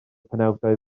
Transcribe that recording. penawdau